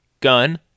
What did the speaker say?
gun